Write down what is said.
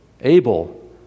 Abel